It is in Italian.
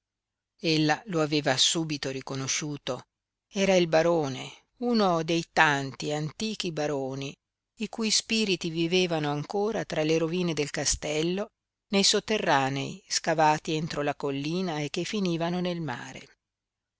giovane ella lo aveva subito riconosciuto era il barone uno dei tanti antichi baroni i cui spiriti vivevano ancora tra le rovine del castello nei sotterranei scavati entro la collina e che finivano nel mare